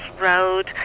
road